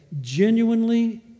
genuinely